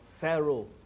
Pharaoh